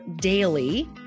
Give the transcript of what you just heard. daily